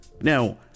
Now